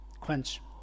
quench